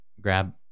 grab